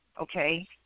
okay